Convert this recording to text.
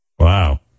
Wow